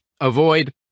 avoid